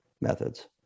methods